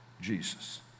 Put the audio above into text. Jesus